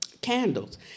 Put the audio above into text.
candles